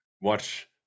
watch